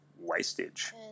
wastage